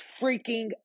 freaking